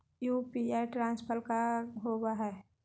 UPI transfer का होव हई?